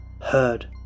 heard